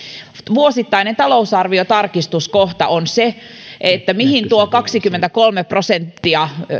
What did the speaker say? vuosittainen talousarviotarkistuskohta on se kun kaksikymmentäkolme prosenttia